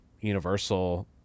Universal